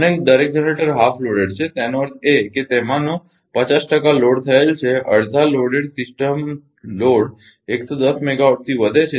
અને દરેક generator half loaded છે તેનો અર્થ એ કે તેમાંનો 50 ટકા લોડ થયેલ છે અડધા લોડેડ સિસ્ટમ લોડ 110 મેગાવોટથી વધે છે